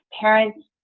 parents